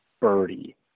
birdie